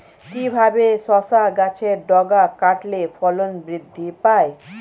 কিভাবে শসা গাছের ডগা কাটলে ফলন বৃদ্ধি পায়?